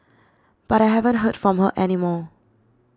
but I haven't heard from her any more